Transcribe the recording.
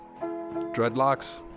Dreadlocks